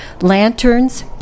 lanterns